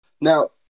Now